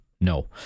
No